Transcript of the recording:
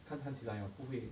看看起来 hor 不会